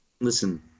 Listen